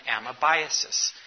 amoebiasis